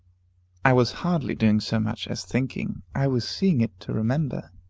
i was hardly doing so much as thinking. i was seeing it to remember.